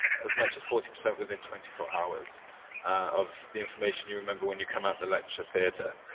as much as forty percent within twenty four hours of the information you remember when you come out the lecture theatre.